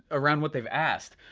around what they've asked.